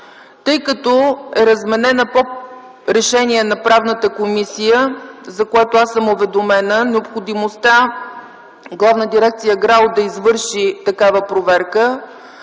Тъй като е разменена кореспонденция по решение на Правната комисия, за което аз съм уведомена, от необходимостта Главна дирекция ГРАО да извърши такава проверка,